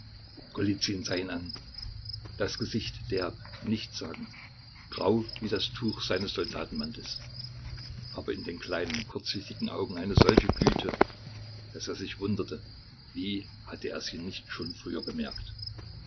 sah ihn an das gesicht derb nichtssagend grau wie das tuch seines soldatenmantels aber in den kleinen kurzsichtigen augen eine solche güte daß er sich wunderte wie hatte er sie nicht schon früher bemerkt